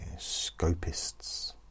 scopists